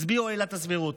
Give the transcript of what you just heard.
הצביעו על עילת הסבירות.